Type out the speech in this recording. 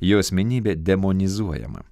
jo asmenybė demonizuojama